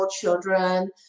children